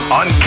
on